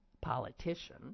politician